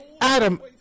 Adam